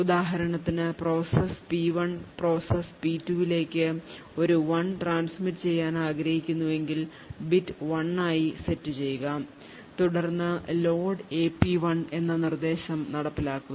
ഉദാഹരണത്തിന് process P1 process P2 ലേക്ക് ഒരു 1 transmit ചെയ്യാൻ ആഗ്രഹിക്കുന്നുവെങ്കിൽ ബിറ്റ് 1 ആയി സെറ്റ് ചെയ്യുക തുടർന്ന് load Ap1 എന്ന നിർദ്ദേശം നടപ്പിലാക്കുക